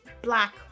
Black